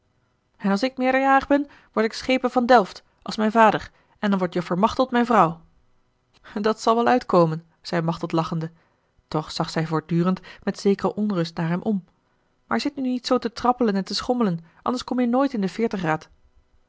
en als ik meerderjarig ben word ik schepen van delft als mijn vader en dan wordt joffer machteld mijne vrouw dat zal wel uitkomen zeî machteld lachende toch zag zij voortdurend met zekere onrust naar hem om maar zit nu niet zoo te trappelen en te schommelen anders kom je nooit in den